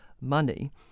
money